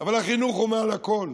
אבל החינוך הוא מעל הכול.